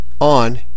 on